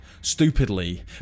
Stupidly